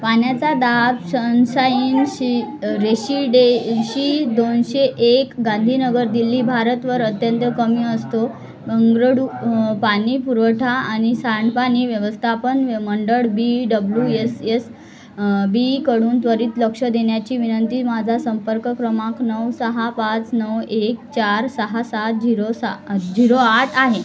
पाण्याचा दाब सनसाइनशी रेशीडेशी दोनशे एक गांधीनगर दिल्ली भारतवर अत्यंत कमी असतो बंगळुरू पाणी पुरवठा आणि सांडपाणी व्यवस्थापन व्य मंडळ B W S S B कडून त्वरित लक्ष देण्याची विनंती माझा संपर्क क्रमांक नऊ सहा पाच नऊ एक चार सहा सात झिरो सहा झिरो आठ आहे